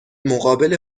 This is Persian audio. مقابل